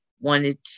wanted